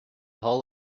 hull